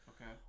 Okay